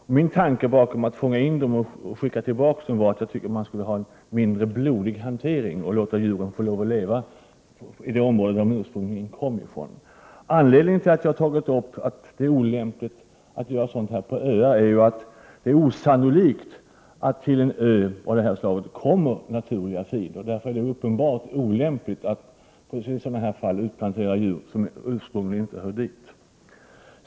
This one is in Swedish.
Bakom min tanke att man skulle fånga in rådjuren och skicka tillbaka dem låg att jag tycker att man skall ha en mindre blodig hantering och låta djuren leva i de områden de ursprungligen kom från. Anledningen till att jag har tagit upp det olämpliga i att göra en sådan här utplantering på öar är att det är osannoligt att det till en ö av detta slag kommer naturliga fiender. Därför är det uppenbart olämpligt att i sådana fall utplantera djur som ursprungligen inte hör dit.